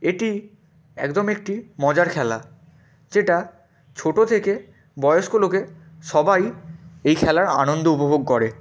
এটি একদম একটি মজার খেলা যেটা ছোটো থেকে বয়স্ক লোকে সবাই এই খেলার আনন্দ উপভোগ করে